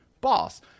boss